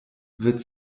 wird